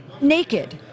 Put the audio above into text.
naked